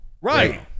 Right